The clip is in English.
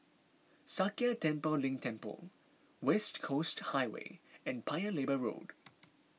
Sakya Tenphel Ling Temple West Coast Highway and Paya Lebar Road